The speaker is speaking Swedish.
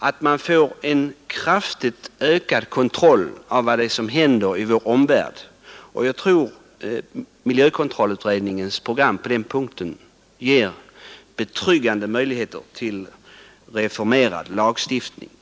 bör man få en kraftigt ökad kontroll av vad det är som händer i vår omvärld. Jag tror att miljökontrollutredningens program på den punkten ger betryggande möjligheter till reformering av lagstiftningen.